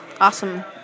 awesome